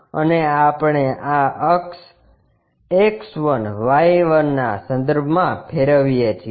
અને આપણે આ અક્ષ X1Y1 ના સંદર્ભમાં ફેરવીએ છીએ